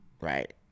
right